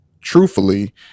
truthfully